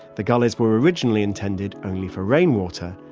the gullies were originally intended only for rainwater,